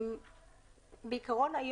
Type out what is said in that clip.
בעיקרון,